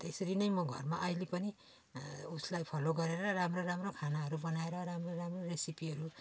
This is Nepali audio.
त्यसरी नै म घरमा अहिले पनि उसलाई फलो गरेर राम्रो राम्रो खानाहरू बनाएर राम्रो राम्रो रेसिपीहरू